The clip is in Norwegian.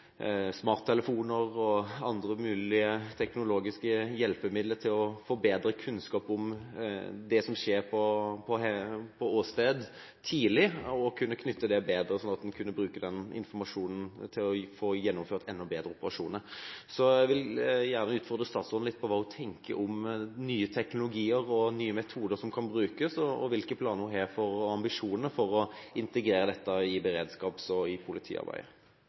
smarttelefoner og andre mulige teknologiske hjelpemidler til å få bedre kunnskap tidlig om det som skjer på åstedet – kunne knytte det bedre sammen, slik at en kan bruke den informasjon til å få gjennomført enda bedre operasjoner. Jeg vil gjerne utfordre statsråden litt på hva hun tenker om nye teknologi og nye metoder som kan brukes, og hvilke planer og ambisjoner hun har for å integrere dette i beredskaps- og politiarbeidet.